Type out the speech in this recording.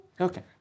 Okay